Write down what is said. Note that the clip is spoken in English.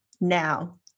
Now